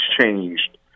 changed